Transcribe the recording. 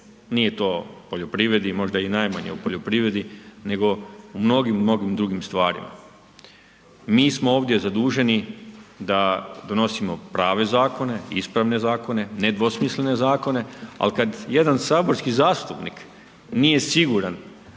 nije to u poljoprivredi, možda i najmanje u poljoprivredi, nego u mnogim, mnogim drugima stvarima. Mi smo ovdje zaduženi da donosimo prave zakone, ispravne zakone, nedvosmislene zakone ali kad jedan saborski zastupnik nije siguran